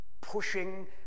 pushing